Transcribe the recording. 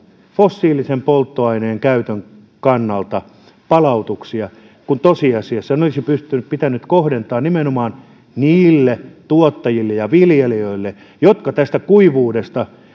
fossiilisen polttoaineen käytön kannalta palautuksia kun tosiasiassa ne olisi pitänyt kohdentaa nimenomaan niille tuottajille ja viljelijöille jotka tästä kuivuudesta